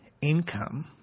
income